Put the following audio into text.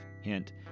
Hint